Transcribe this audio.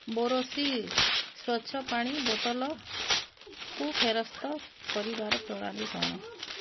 ବୋରୋସିଲ୍ ସ୍ୱଚ୍ଛ ପାଣି ବୋତଲକୁ ଫେରସ୍ତ କରିବାର ପ୍ରଣାଳୀ କ'ଣ